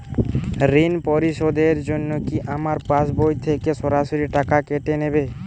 ঋণ পরিশোধের জন্য কি আমার পাশবই থেকে সরাসরি টাকা কেটে নেবে?